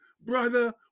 Brother